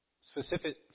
specific